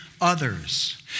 others